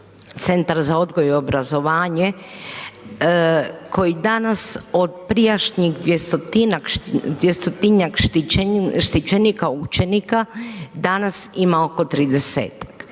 Centar za odgoj i obrazovanje koji danas od prijašnjih 200-tinjak štićenika učenika, danas ima oko